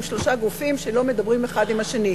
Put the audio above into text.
שלושה גופים שלא מדברים האחד עם השני.